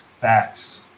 Facts